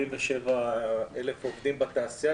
------ סליחה,